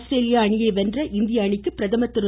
ஆஸ்திரேலிய அணியை வென்ற இந்திய அணிக்கு பிரதமர் திரு